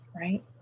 right